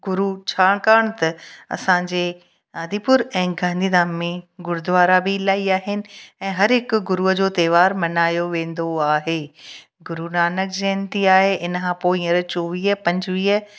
गुरू छाकाणि त असांजे आदिपुर ऐं गांधीधाम में गुरुद्वारा बि इलाही आहिनि ऐं हर हिकु गुरू जो त्योहारु मल्हायो वेंदो आहे गुरुनानक जयंती आहे इनखां पोइ हींअर चौवीह पंजवीह